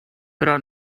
però